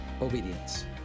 obedience